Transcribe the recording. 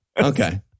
Okay